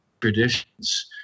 traditions